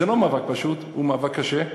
זה לא מאבק פשוט, זה מאבק קשה,